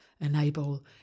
enable